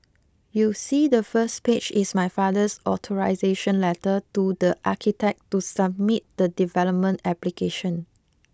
you see the first page is my father's authorisation letter to the architect to submit the development application